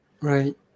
Right